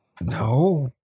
No